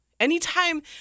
Anytime